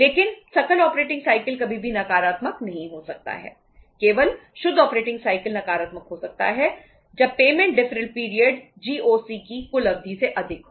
लेकिन सकल operating cycle की कुल अवधि से अधिक हो